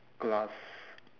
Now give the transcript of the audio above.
glass